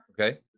Okay